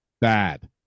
bad